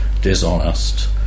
dishonest